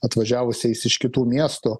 atvažiavusiais iš kitų miestų